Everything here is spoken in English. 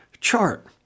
chart